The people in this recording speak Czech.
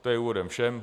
To je úvodem vše.